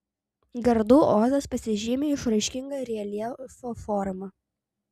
gardų ozas pasižymi išraiškinga reljefo forma